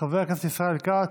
חבר הכנסת ישראל כץ,